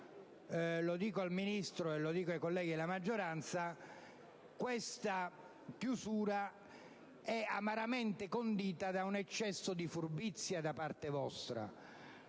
però al Ministro e ai colleghi della maggioranza: questa chiusura è amaramente condita da un eccesso di furbizia da parte vostra.